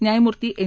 न्यायमूर्ती एन